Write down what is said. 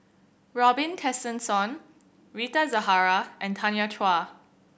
Robin Tessensohn Rita Zahara and Tanya Chua